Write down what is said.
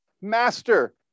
master